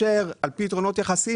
לפי יתרונות יחסיים,